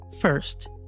First